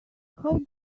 how